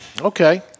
Okay